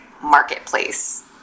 marketplace